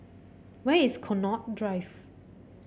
where is Connaught Drive